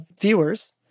viewers